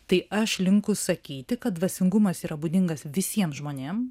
tai aš linkus sakyti kad dvasingumas yra būdingas visiems žmonėm